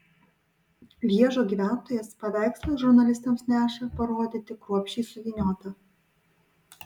lježo gyventojas paveikslą žurnalistams neša parodyti kruopščiai suvyniotą